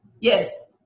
Yes